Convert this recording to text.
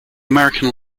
american